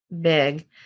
big